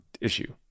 issue